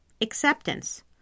Acceptance